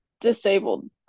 disabled